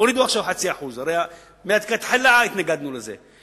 הורידו עכשיו 0.5%. הרי מלכתחילה התנגדנו לזה.